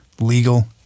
legal